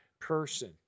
person